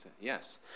Yes